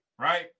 right